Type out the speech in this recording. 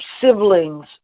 siblings